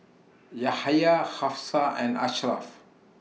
Yahaya Hafsa and Ashraff